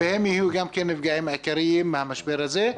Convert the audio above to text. גם הם יהיו הנפגעים העיקריים מהמשבר הזה,